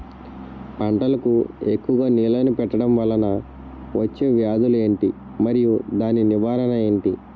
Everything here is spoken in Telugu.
పంటలకు ఎక్కువుగా నీళ్లను పెట్టడం వలన వచ్చే వ్యాధులు ఏంటి? మరియు దాని నివారణ ఏంటి?